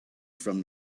from